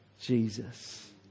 Jesus